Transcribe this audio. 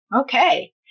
Okay